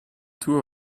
two